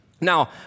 Now